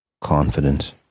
confidence